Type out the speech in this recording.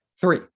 Three